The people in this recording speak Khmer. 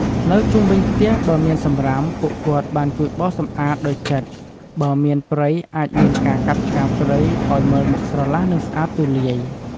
នៅជុំវិញផ្ទះបើមានសម្រាមពួកគាត់បានជួយបោសសំអាចដោយចិត្ត បើមានព្រៃអាចមានការកាប់ឆ្កាព្រៃឱ្យមើលមកស្រឡះនិងស្អាតទូលាយ។